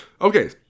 okay